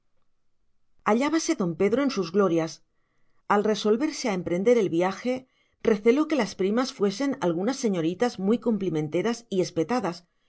de placidez hállabase don pedro en sus glorias al resolverse a emprender el viaje receló que las primas fuesen algunas señoritas muy cumplimenteras y espetadas